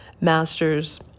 masters